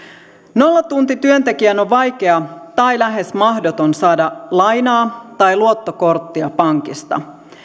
nollatuntityöntekijän on vaikeaa tai lähes mahdotonta saada lainaa tai luottokorttia pankista